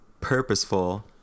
purposeful